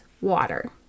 water